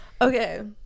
Okay